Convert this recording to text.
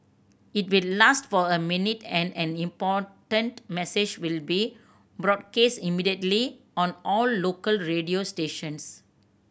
it will last for a minute and an important message will be broadcast immediately on all local radio stations